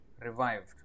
revived